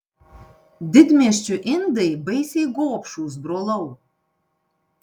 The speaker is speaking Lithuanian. didmiesčių indai baisiai gobšūs brolau